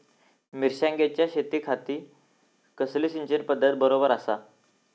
मिर्षागेंच्या शेतीखाती कसली सिंचन पध्दत बरोबर आसा?